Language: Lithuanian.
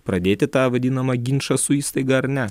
pradėti tą vadinamą ginčą su įstaiga ar ne